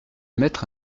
mettre